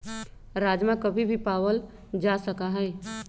राजमा कभी भी पावल जा सका हई